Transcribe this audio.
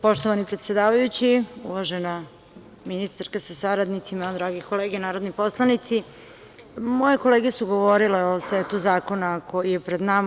Poštovani predsedavajući, uvažena ministarka sa saradnicima, drage kolege narodni poslanici, moje kolege su govorile o setu zakona koji je pred nama.